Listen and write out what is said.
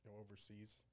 overseas